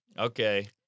Okay